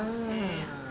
ah